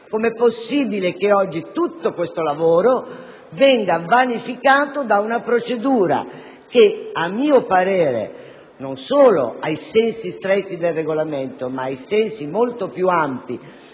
Com'è possibile che oggi tutto quel lavoro venga vanificato da una procedura che, a mio parere, non solo ai sensi stretti del Regolamento ma a quelli molto più ampi